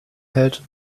hält